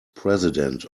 president